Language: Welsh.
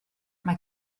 mae